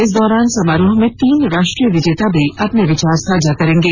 इस दौरान समारोह में तीन राष्ट्रीय विजेता भी अपने विचार साझा करेंगे